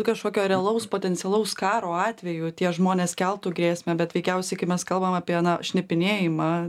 kažkokio realaus potencialaus karo atveju tie žmonės keltų grėsmę bet veikiausiai kai mes kalbam apie na šnipinėjimą